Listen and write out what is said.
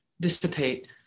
dissipate